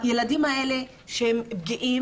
הילדים האלה שהם פגיעים,